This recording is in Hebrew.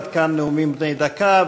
עד כאן נאומים בני דקה.